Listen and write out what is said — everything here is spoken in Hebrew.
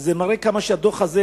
זה מראה כמה שהדוח הזה